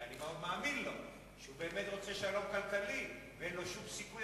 שאני מאוד מאמין לו שהוא באמת רוצה שלום כלכלי ואין לו שום סיכוי